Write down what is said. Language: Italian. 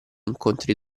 incontri